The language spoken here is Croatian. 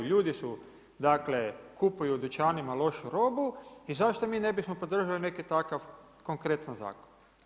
Ljudi su, dakle, kupuju u dućanima lošu robu i zašto mi ne bismo podržali neki takav konkretan zakon.